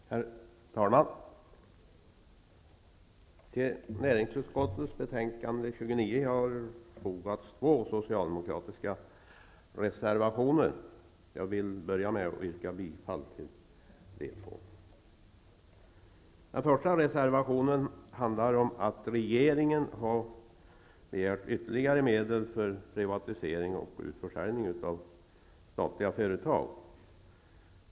Herr talman! Till näringsutskottets betänkande har fogats två socialdemokratiska reservationer, och jag vill börja med att yrka bifall till dem. Den första reservationen handlar om att regeringen har begärt ytterligare medel för privatisering och utförsäljning av statliga företag.